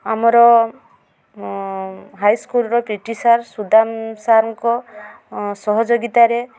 ଆମର ହାଇସ୍କୁଲ୍ର P E T sir Sudam ସାର୍ଙ୍କ ସହଯୋଗୀତାରେ